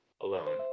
alone